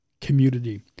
community